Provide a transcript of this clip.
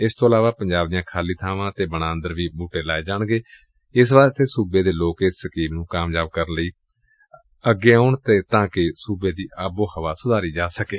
ਇਸ ਤੱਕ ਇਲਾਵਾ ਪੰਜਾਬ ਦੀਆਂ ਖਾਲੀ ਬਾਵਾਂ ਅਤੇ ਵਣਾਂ ਅੰਦਰ ਬੁਟੇ ਲਾਏ ਜਾਣਗੇ ਇਸ ਲਈ ਸੁਬੇ ਦੇ ਲੋਕ ਇਸ ਸਕੀਮ ਨੂੰ ਕਾਮਯਾਬ ਕਰਨ ਲਈ ਅੱਗੇ ਆਉਣ ਤਾਂ ਕਿ ਸਬੈ ਦੀ ਆਬੋ ਹਵਾ ਸੁਧਾਰੀ ਜਾ ਸਕੈਂ